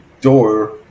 door